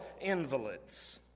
invalids